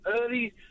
early